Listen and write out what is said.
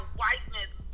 whiteness